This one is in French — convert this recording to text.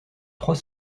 trois